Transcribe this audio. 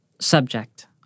Subject